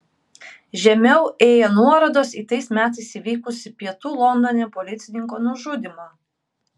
žemiau ėjo nuorodos į tais metais įvykusį pietų londone policininko nužudymą